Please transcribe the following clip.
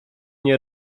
nie